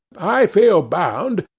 i feel bound,